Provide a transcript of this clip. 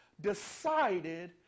decided